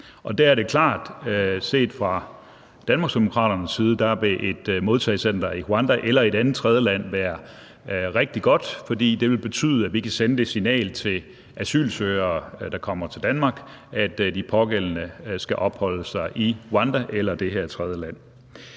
der er det klart, at set fra Danmarksdemokraternes side vil et modtagecenter i Rwanda eller et andet tredjeland være rigtig godt, for det vil betyde, at vi kan sende det signal til asylsøgere, der kommer til Danmark, at de pågældende skal opholde sig i Rwanda eller det her tredjeland.